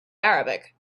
arabic